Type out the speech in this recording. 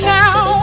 now